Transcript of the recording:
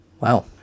Wow